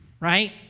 right